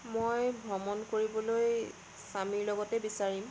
মই ভ্ৰমণ কৰিবলৈ স্বামীৰ লগতে বিচাৰিম